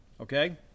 okay